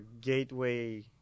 gateway